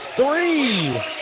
three